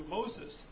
Moses